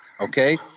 okay